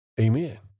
Amen